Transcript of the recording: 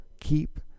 keep